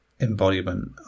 embodiment